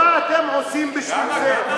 כמעט 20%. מה אתם עושים בשביל זה?